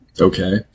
Okay